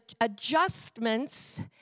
adjustments